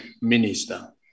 Minister